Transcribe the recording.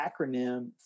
acronym